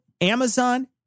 amazon